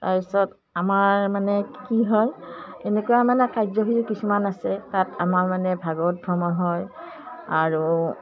তাৰ পিছত আমাৰ মানে কি হয় এনেকুৱা মানে কাৰ্যসূচী কিছুমান আছে তাত আমাৰ মানে ভাগৱত ভ্ৰমণ হয় আৰু